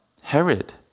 Herod